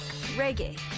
reggae